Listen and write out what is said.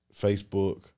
Facebook